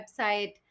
website